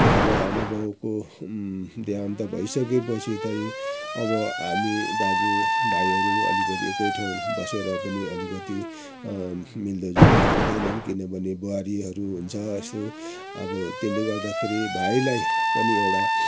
जब आमा बाउको देहान्त भइसके पछि चाहिँ अब हामी दाजु भाइहरू अलिकति एकै ठाउँ बसेर पनि अलिकति मिल्दो जुल्दो हुँदैनन् किनभने बुहारीहरू हुन्छ यसो अब त्यसले गर्दाखेरि भाइलाई पनि एउटा